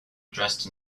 dressed